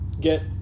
get